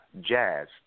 jazz